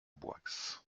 boixe